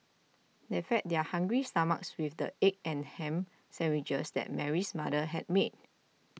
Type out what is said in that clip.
they fed their hungry stomachs with the egg and ham sandwiches that Mary's mother had made